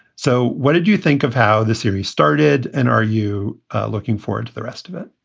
so what did you think of how the series started and are you looking forward to the rest of it?